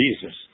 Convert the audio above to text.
Jesus